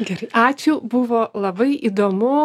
gerai ačiū buvo labai įdomu